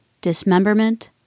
dismemberment